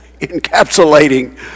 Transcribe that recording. Encapsulating